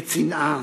בצנעה,